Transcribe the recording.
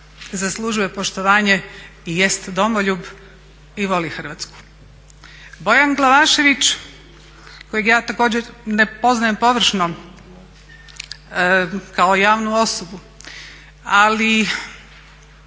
'91.zaslužuje poštovanje i jest domoljub i voli Hrvatsku. Bojan Glavašević kojeg ja također ne poznajem površno kao javnu osobu, ali